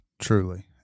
Truly